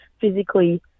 physically